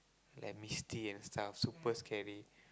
like misty and stuff super scary